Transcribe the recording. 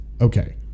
okay